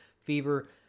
fever